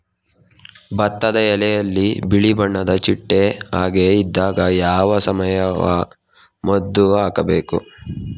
ಭತ್ತದ ಎಲೆಯಲ್ಲಿ ಬಿಳಿ ಬಣ್ಣದ ಚಿಟ್ಟೆ ಹಾಗೆ ಇದ್ದಾಗ ಯಾವ ಸಾವಯವ ಮದ್ದು ಹಾಕಬೇಕು?